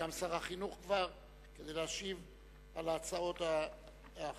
וגם שר החינוך כבר נמצא כדי להשיב על ההצעות האחרות